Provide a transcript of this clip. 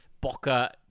Boca